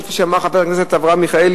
כפי שאמר חבר הכנסת מיכאלי,